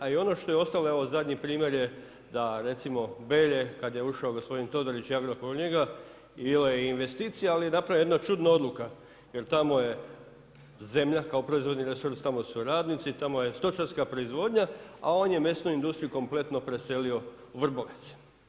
A i ono što je ostalo evo zadnji primjer je da recimo Belje kada je ušao gospodin Todorić i Agrokor u njega bilo je investicija, ali je napravljena jedna čudna odluka jer tamo je zemlja kao proizvodni resurs, tamo su radnici, tamo je stočarska proizvodnja, a on je mesnu industriju kompletno preselio u Vrbovec.